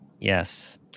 Yes